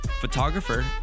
photographer